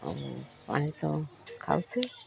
ଆଉ ପାଣି ତ ଖାଉଛେ